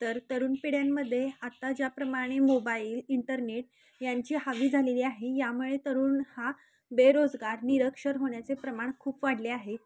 तर तरुण पिढ्यांमध्ये आत्ता ज्याप्रमाणे मोबाईल इंटरनेट यांची हवी झालेली आहे यामुळे तरुण हा बेरोजगार निरक्षर होण्याचे प्रमाण खूप वाढले आहे